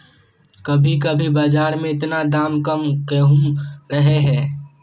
कभी कभी बाजार में इतना दाम कम कहुम रहे है?